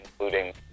including